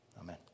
Amen